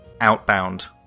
outbound